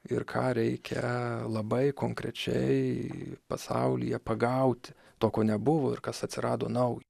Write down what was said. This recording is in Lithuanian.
ir ką reikia labai konkrečiai pasaulyje pagauti to ko nebuvo ir kas atsirado nauja